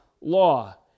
law